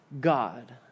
God